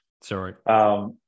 sorry